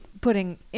putting